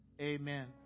Amen